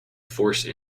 force